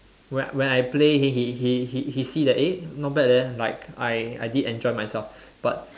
when when I play he he he he he see that eh not bad leh like I I did enjoy myself but